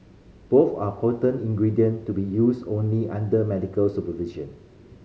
both are potent ingredient to be used only under medical supervision